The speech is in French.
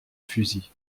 fusils